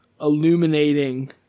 illuminating